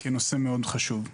חשובים מאוד.